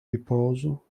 riposo